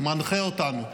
מנחה אותנו.